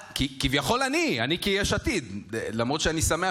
כביכול אני, אני כיש עתיד, למרות שאני שמח